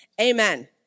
Amen